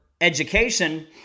education